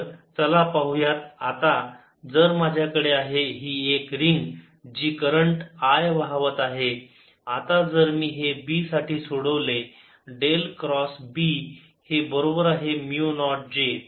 तर चला पाहू यात आता जर माझ्याकडे आहे एक रिंग जी करंट I वहावत आहे आता जर मी हे B साठी सोडवले डेल क्रॉस B हे बरोबर आहे म्यु नॉट j